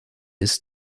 ist